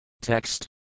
Text